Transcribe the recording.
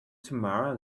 tamara